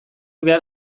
behar